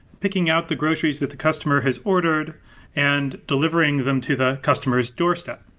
picking out the groceries the the customer has ordered and delivering them to the customer's doorstep.